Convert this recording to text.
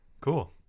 Cool